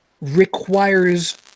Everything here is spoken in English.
requires